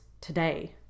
today